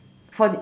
for the